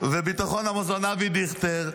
וביטחון המזון אבי דיכטר,